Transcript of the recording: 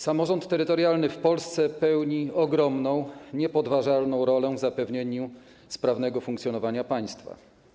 Samorząd terytorialny w Polsce odgrywa ogromną, niepodważalną rolę w zapewnieniu sprawnego funkcjonowania państwa.